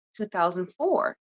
2004